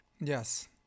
Yes